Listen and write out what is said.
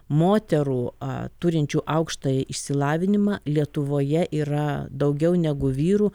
moterų turinčių aukštąjį išsilavinimą lietuvoje yra daugiau negu vyrų